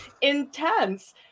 intense